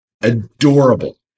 adorable